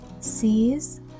sees